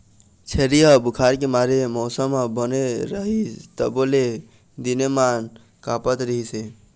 छेरी ह बुखार के मारे मउसम ह बने रहिस तभो ले दिनेमान काँपत रिहिस हे